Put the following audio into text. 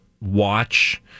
watch